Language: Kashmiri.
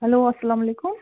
ہیٚلو اَلسَلام علیکُم